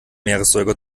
meeressäuger